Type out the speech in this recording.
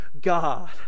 god